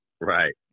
Right